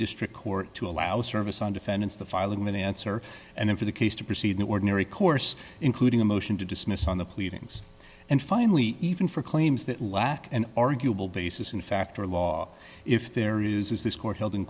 district court to allow service on defendants the filing of an answer and then for the case to proceed in an ordinary course including a motion to dismiss on the pleadings and finally even for claims that lack an arguable basis in fact or law if there is this court held